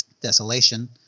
Desolation